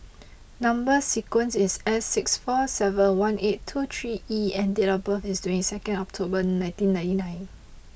number sequence is S six four seven one eight two three E and date of birth is twenty second October nineteen ninety nine